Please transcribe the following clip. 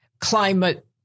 climate